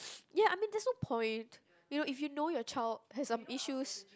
ya I mean there's no point you know if you know your child has some issues